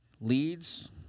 leads